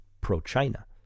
pro-China